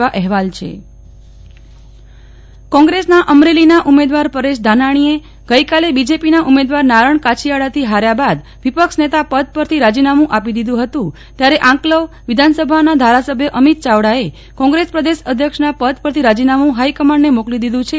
નેહલ ઠક્કર કોંગ્રેસના રાજીનામા કોંગ્રેસના અમરેલીના ઉમેદવાર પરેશ ધાનાણીએ આજે બીજેપીના ઉમેદવાર નારણ કાછડીયાથી હાર્યા બાદ વિપક્ષ નેતા પદ પરથી રાજીનામું આપી દીધુ હતું ત્યારે આકંલવ વિધાનસભાના ધારાસભ્ય અમિત ચાવડાએ કોંગ્રેસ પ્રદેશ અધ્યક્ષનાં પદ પરથી રાજીનામું હાઇકમાન્ડને મોકલી દીધુ છે